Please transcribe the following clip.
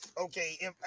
Okay